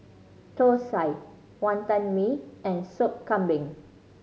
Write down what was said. thosai Wantan Mee and Sop Kambing